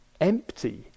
empty